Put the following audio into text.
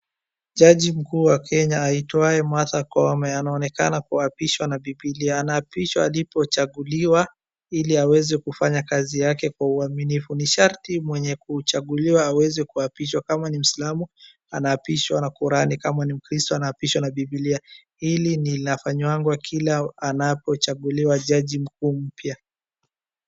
Jaji mkuu wa kenya aiitwaye Martha Koome, anaonekana kuapishwa na Bibilia. Anaapishwa alipochaguliwa ili aweze kufanya kazi yake kwa uaminifu. Ni sharti mwenye kuchaguliwa aweze kuapishwa, kama ni muislamu anapishwa na Kurani, kama ni mkristu anapishwa na Bibilia. Ili linafanywanga kila anapochaguliwa jaji mkuu mpya.